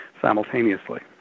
simultaneously